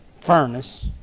furnace